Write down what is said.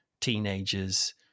teenagers